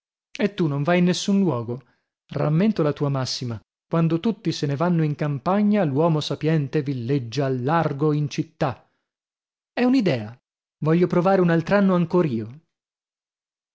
e tu non vai in nessun luogo rammento la tua massima quando tutti se ne vanno in campagna l'uomo sapiente villeggia al largo in città è un'idea voglio provare un altr'anno ancor io